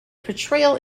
portrayal